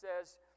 says